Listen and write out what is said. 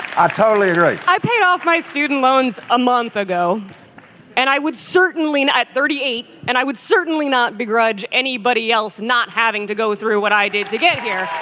i ah totally agree i i paid off my student loans a month ago and i would certainly at thirty eight and i would certainly not begrudge anybody else not having to go through what i did to get here.